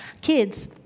Kids